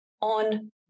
on